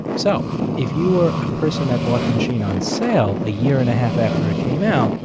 so if you were a person that bought the machine on sale a year and a half after it came out,